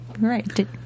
right